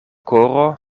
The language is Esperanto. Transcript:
koro